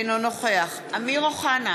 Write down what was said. אינו נוכח אמיר אוחנה,